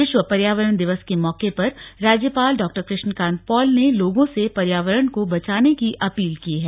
विश्व पर्यावरण दिवस के मौके पर राज्यपाल डॉ कृष्ण कान्त पॉल ने लोगों से पर्योवरण को बचाने की अपील की है